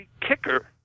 kicker